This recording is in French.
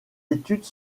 études